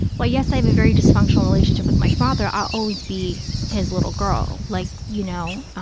while, yes, i have a very dysfunctional relationship with my father, i'll always be his little girl, like, you know,